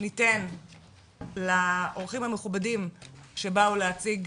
ניתן לאורחים המכובדים שבאו להציג